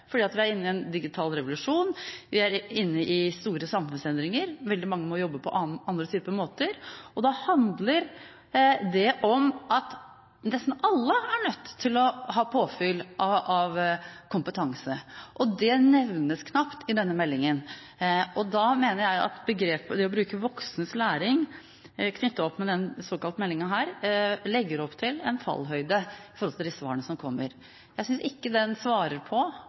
fordi vi er inne i en digital revolusjon, vi er inne i store samfunnsendringer, veldig mange må jobbe på andre måter. Da handler det om at nesten alle er nødt til å ha påfyll av kompetanse, og det nevnes knapt i denne meldingen. Da mener jeg at det å bruke begrepet «voksnes læring» knyttet opp mot denne såkalte meldingen legger opp til en fallhøyde i forhold til de svarene som kommer. Jeg synes ikke den svarer på